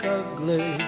ugly